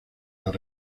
las